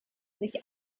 sich